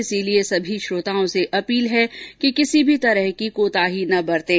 इसलिए समी श्रोताओं से अपील है कि कोई भी कोताही न बरतें